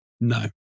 No